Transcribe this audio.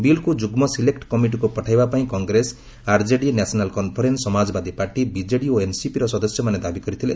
ବିଲ୍କୁ ଯୁଗ୍ମ ସିଲେକ୍ କମିଟିକୁ ପଠାଇବା ପାଇଁ Congress RJD National Conference Samajwadi Party BJD ଓ ଏନ୍ସିପି ର ସଦସ୍ୟମାନେ ଦାବି କରିଥିଲେ